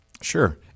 Sure